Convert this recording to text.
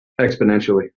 Exponentially